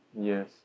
Yes